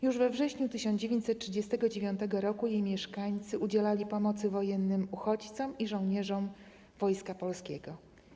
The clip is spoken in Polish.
Już we wrześniu 1939 r. jej mieszkańcy udzielali pomocy wojennym uchodźcom i żołnierzom wojska polskiego.